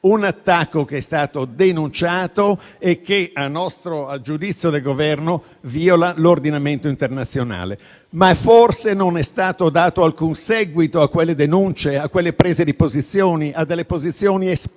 e che, a nostro giudizio e a giudizio del Governo, viola l'ordinamento internazionale. Ma forse non è stato dato alcun seguito a quelle denunce, a quelle prese di posizione? A posizioni esplicite